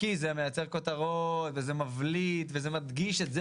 כי זה מייצר כותרות וזה מבליט ומדגיש את זה